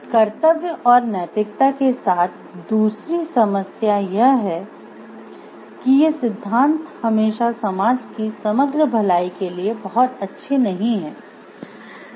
कर्तव्य और नैतिकता के साथ दूसरी समस्या यह है कि ये सिद्धांत हमेशा समाज की समग्र भलाई के लिए बहुत अच्छे नहीं है